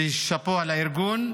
ושאפו על הארגון.